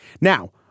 Now